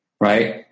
right